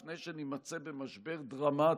לפני שנימצא במשבר דרמטי.